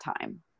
time